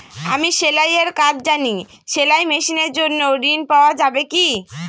আমি সেলাই এর কাজ জানি সেলাই মেশিনের জন্য ঋণ পাওয়া যাবে কি?